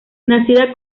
nacida